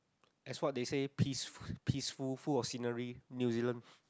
as what they say peace peaceful full of scenery new-zealand